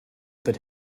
that